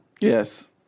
Yes